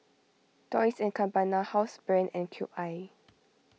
Dolce and Gabbana Housebrand and Cube I